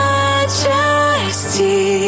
Majesty